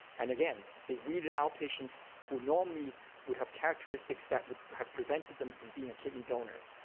and again, they weeded out patients who normally would have characteristics that would have prevented them from being a kidney donor.